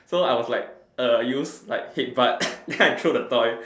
so I was like uh use like head butt then I throw the toy